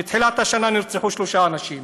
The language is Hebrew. ומתחילת השנה נרצחו שלושה אנשים,